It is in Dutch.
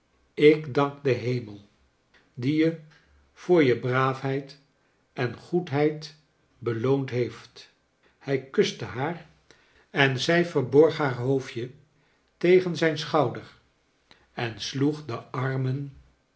ik dank den hemel die je voor je braafheid en goedheid beloond heeft hij kuste haar en zij verborg haar hoofdje tegen zijn schouder en sloeg de armen